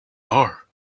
are